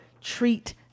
treat